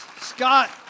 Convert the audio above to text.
Scott